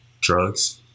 Drugs